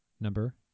number